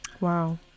Wow